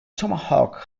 tomahawk